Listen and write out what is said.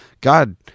God